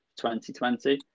2020